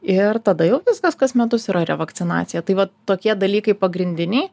ir tada jau viskas kas metus yra revakcinacija tai vat tokie dalykai pagrindiniai